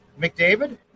McDavid